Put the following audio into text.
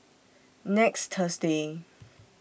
next Thursday